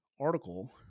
article